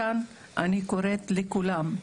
מכאן אני קוראת לכולם,